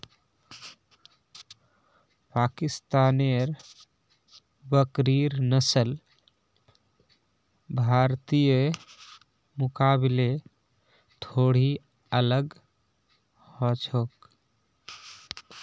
पाकिस्तानेर बकरिर नस्ल भारतीयर मुकाबले थोड़ी अलग ह छेक